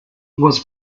was